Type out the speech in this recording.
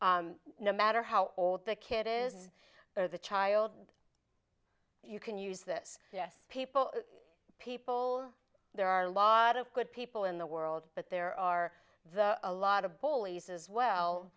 no matter how old the kid is or the child you can use this yes people people there are a lot of good people in the world but there are the a lot of bullies as well